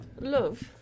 Love